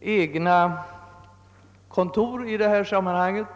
egna kontor för ändamålet, skall ha denna möjlighet.